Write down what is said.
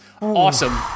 awesome